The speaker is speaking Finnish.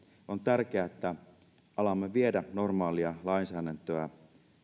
on tärkeää että alamme viedä normaalia lainsäädäntöä